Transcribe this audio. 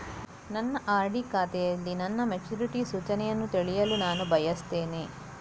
ನನ್ನ ಆರ್.ಡಿ ಖಾತೆಯಲ್ಲಿ ನನ್ನ ಮೆಚುರಿಟಿ ಸೂಚನೆಯನ್ನು ತಿಳಿಯಲು ನಾನು ಬಯಸ್ತೆನೆ